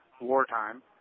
wartime